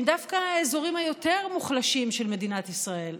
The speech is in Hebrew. דווקא האזורים היותר-מוחלשים של מדינת ישראל,